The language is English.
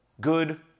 good